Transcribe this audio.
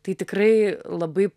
tai tikrai labai